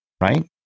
right